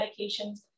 medications